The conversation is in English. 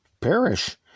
perish